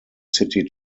city